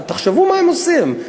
תחשבו מה הם עושים.